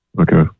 Okay